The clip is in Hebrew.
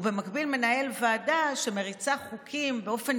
ובמקביל מנהל ועדה שמריצה חוקים באופן